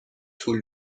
طول